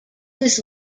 his